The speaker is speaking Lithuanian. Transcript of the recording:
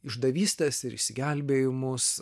išdavystes ir išsigelbėjimus